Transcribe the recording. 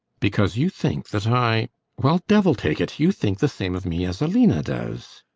because you think that i well devil take it you think the same of me as aline does.